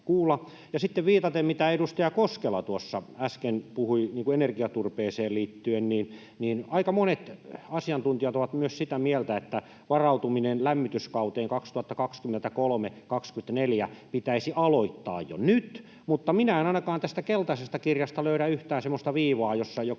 viitaten siihen, mitä edustaja Koskela tuossa äsken puhui energiaturpeeseen liittyen, aika monet asiantuntijat ovat myös sitä mieltä, että varautuminen lämmityskauteen 2023—24 pitäisi aloittaa jo nyt, mutta minä en ainakaan tästä keltaisesta kirjasta löydä yhtään semmoista viivaa, joka